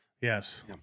Yes